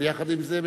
אבל יחד עם זה,